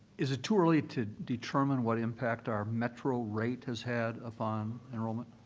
is it too early to determine what impact our metro rate has had upon enrollment?